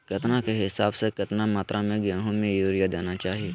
केतना के हिसाब से, कितना मात्रा में गेहूं में यूरिया देना चाही?